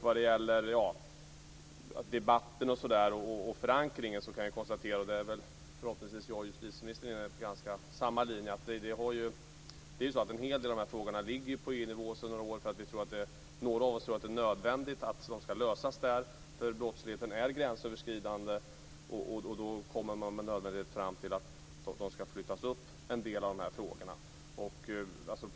Vad gäller debatten och förankringen kan jag konstatera att vi förhoppningsvis, jag och justitieministern, är på samma linje. En hel del av de här frågorna ligger på EU-nivå sedan några år. Några av oss tror att det är nödvändigt att de ska lösas där, för brottsligheten är gränsöverskridande. Då kommer man med nödvändighet fram till att en del av frågorna ska flyttas upp.